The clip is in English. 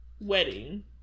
wedding